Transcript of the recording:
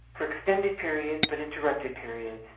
for extended periods but interrupted periods,